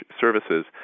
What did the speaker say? services